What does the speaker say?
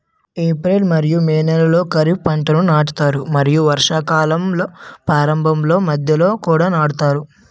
April మరియు May నెలలో ఖరీఫ్ పంటలను నాటుతారు మరియు వర్షాకాలం ప్రారంభంలో మధ్యలో కూడా నాటుతారు